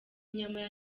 nyamara